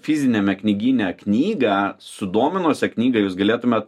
fiziniame knygyne knygą sudominusią knygą jūs galėtumėt